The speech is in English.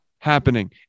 happening